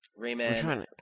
Rayman